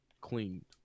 Cleaned